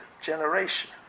generation